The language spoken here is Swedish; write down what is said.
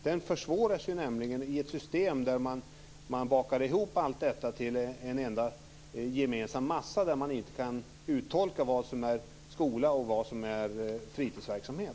Detta försvåras nämligen i ett system där man bakar ihop allt detta till en enda gemensam massa där man inte kan uttolka vad som är skola och vad som är fritidsverksamhet.